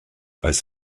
als